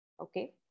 okay